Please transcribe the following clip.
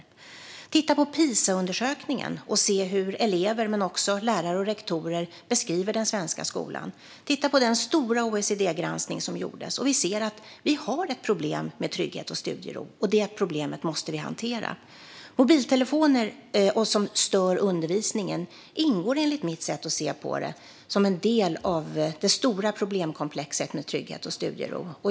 Vi kan titta på PISA-undersökningen och se hur elever men också lärare och rektorer beskriver den svenska skolan, och vi kan titta på den stora OECD-granskning som gjordes. Då ser vi att vi har ett problem med trygghet och studiero, och det problemet måste vi hantera. Mobiltelefoner som stör undervisningen ingår, enligt mitt sätt att se det, som en del av det stora problemkomplexet med trygghet och studiero.